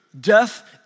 Death